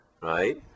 right